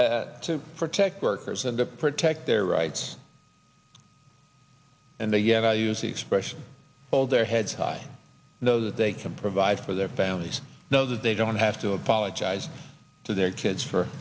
act to protect work person to protect their rights and they yeah use the expression hold their heads high though that they can provide for their families know that they don't have to apologize to their kids for